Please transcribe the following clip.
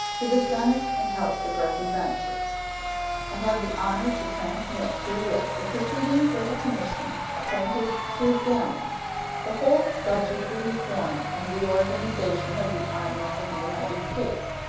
to the senate and house of representatives i have the honor to transmit herewith the proceedings of the commission appointed to examine the whole subject of reform and reorganization of the army of the united states,